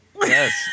Yes